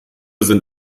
sind